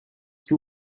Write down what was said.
two